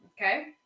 Okay